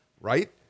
right